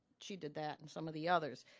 she did that and some of the others.